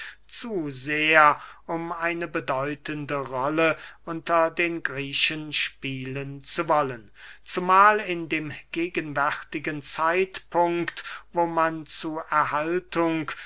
zu sehr um eine bedeutende rolle unter den griechen spielen zu wollen zumahl in dem gegenwärtigen zeitpunkt wo man zu erhaltung